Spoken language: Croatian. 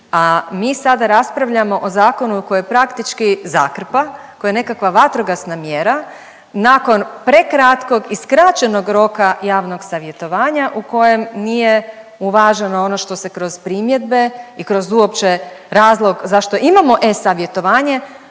a mi sada raspravljamo o zakonu koji je praktički zakrpa, koji je nekakva vatrogasna mjera nakon prekratkog i skraćenog roka javnog savjetovanja u kojem nije uvaženo ono što se kroz primjedbe i kroz uopće razlog zašto imamo e-Savjetovanje